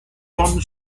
tonnen